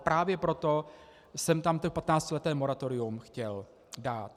právě proto jsem to patnáctileté moratorium chtěl dát.